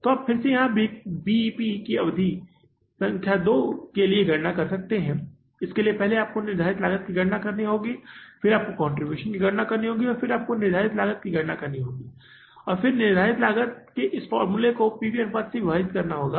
तो आप फिर से आप बीईपी BEP की अवधि संख्या दो के लिए गणना कर सकते हैं इसके लिए पहले आपको निर्धारित लागत की गणना करनी होगी फिर आपको कंट्रीब्यूशन की गणना करनी होगी और फिर निर्धारित लागत की गणना करनी होगी और फिर निर्धारित लागत के इस फॉर्मूले को पी वी अनुपात से विभाजित करना होगा